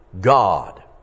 God